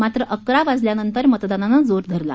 मात्र अकरा वाजल्यानंतर मतदानानं जोर धरला